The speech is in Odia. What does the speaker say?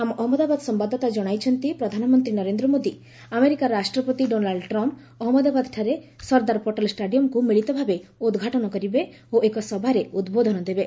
ଆମ ଅହମ୍ମଦାବାଦ ସମ୍ଭାଦଦାତା କଣାଇଛନ୍ତି ପ୍ରଧାନମନ୍ତ୍ରୀ ନରେନ୍ଦ୍ର ମୋଦି ଆମେରିକା ରାଷ୍ଟ୍ରପତି ଡୋନାଲ୍ଡ ଟ୍ରମ୍ପ ଅହମ୍ମଦାବାଦଠାରେ ସର୍ଦ୍ଦାର ପଟେଲ ଷ୍ଟାଡିୟମ୍କୁ ମିଳିତ ଭାବେ ଉଦ୍ଘାଟନ କରିବେ ଓ ଏକ ସଭାରେ ଉଦ୍ବୋଧନ ଦେବେ